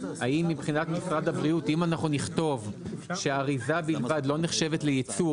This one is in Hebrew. האם מבחינת משרד הבריאות אם אנחנו נכתוב שהאריזה בלבד לא נחשבת לייצור,